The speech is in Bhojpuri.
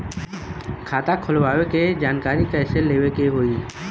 खाता खोलवावे के जानकारी कैसे लेवे के होई?